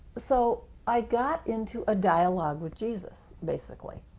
so i got into a dialogue with jesus, basically,